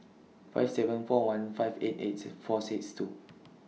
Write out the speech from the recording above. five seven four one five eight eight six four six two